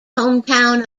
hometown